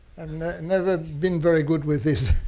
never been very good with this,